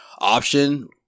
option